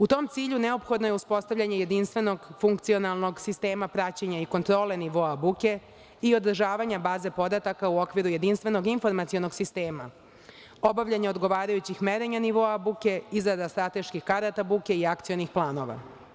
U tom cilju, neophodno je uspostavljanje jedinstvenog, funkcionalnog sistema praćenja i kontrole nivoa buke i održavanja baze podataka u okviru jedinstvenog informacionog sistema, obavljanje odgovarajućih merenja nivoe buke, izrada strateških karata buke i akcionih planova.